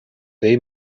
they